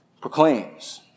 proclaims